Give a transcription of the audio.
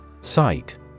Sight